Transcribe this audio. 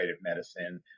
medicine